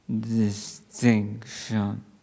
distinction